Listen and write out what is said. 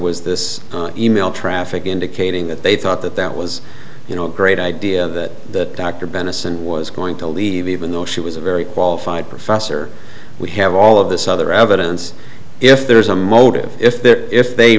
was this e mail traffic indicating that they thought that that was you know a great idea that dr benison was going to leave even though she was a very qualified professor would have all of this other evidence if there's a motive if there if they